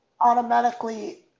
automatically